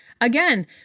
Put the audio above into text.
again